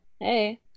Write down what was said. Hey